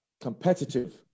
competitive